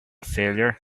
failure